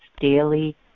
daily